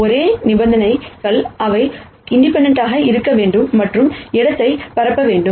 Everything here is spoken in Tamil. ஒரே நிபந்தனைகள் அவை இண்டிபெண்டெண்ட் இருக்க வேண்டும் மற்றும் இடத்தை பரப்ப வேண்டும்